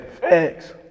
Facts